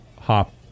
hop